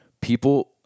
people